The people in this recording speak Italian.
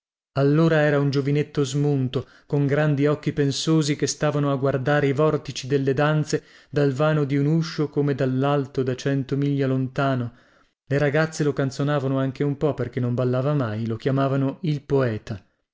allora era un giovinetto smunto con grandi occhi pensosi che stavano a guardare i vortici delle danze dal vano di un uscio come dallalto da cento miglia lontano le ragazze lo canzonavano anche un po perchè non ballava mai lo chiamavano il poeta